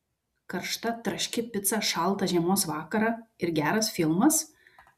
karšta traški pica šaltą žiemos vakarą ir geras filmas